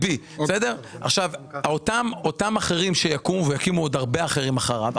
אותם אחרים שיקומו ויקומו עוד הרבה אחרים אחריו,